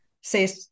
say